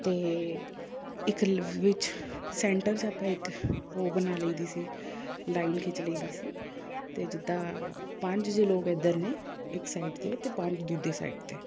ਅਤੇ ਇੱਕ ਲਿਵ ਵਿੱਚ ਸੈਂਟਰ 'ਚ ਆਪਾਂ ਇੱਕ ਉਹ ਬਣਾ ਲਈਦੀ ਸੀ ਲਾਈਨ ਖਿੱਚ ਲਈਦੀ ਸੀ ਅਤੇ ਜਿੱਦਾਂ ਪੰਜ ਜੇ ਲੋਕ ਇੱਧਰ ਨੇ ਇੱਕ ਸਾਈਡ 'ਤੇ ਅਤੇ ਪੰਜ ਦੂਜੀ ਸਾਈਡ 'ਤੇ